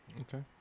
Okay